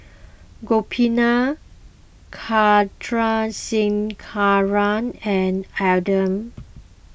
Gopinath Chandrasekaran and